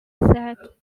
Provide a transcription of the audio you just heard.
said